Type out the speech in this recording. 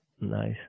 Nice